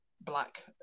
black